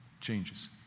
changes